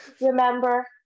remember